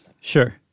Sure